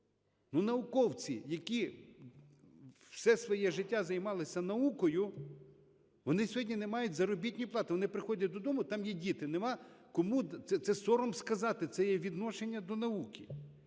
Науковці, які все своє життя займалися наукою, вони сьогодні не мають заробітної плати. Вони приходять додому, там є діти, нема кому… це сором сказати, це є відношення до науки.